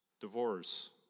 divorce